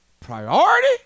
priority